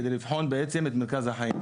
כדי לבחון בעצם את מרכז החיים,